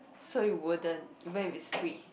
so it wouldn't even if it's free